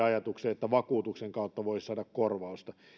ajatukseen että vakuutuksen kautta voisi saada korvausta